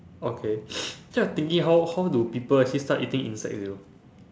okay ya thinking how how do people actually start eating insects you know